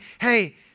hey